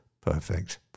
perfect